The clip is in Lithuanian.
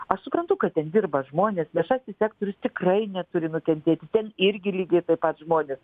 aš suprantu kad ten dirba žmonės viešasis sektorius tikrai neturi nukentėti ten irgi lygiai taip pat žmonės